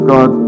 God